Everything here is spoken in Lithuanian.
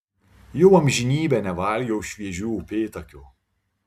jau amžinybę nevalgiau šviežių upėtakių